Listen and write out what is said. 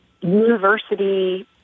university